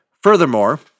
Furthermore